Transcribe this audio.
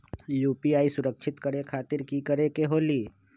UPI सुरक्षित करे खातिर कि करे के होलि?